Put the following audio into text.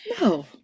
No